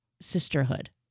sisterhood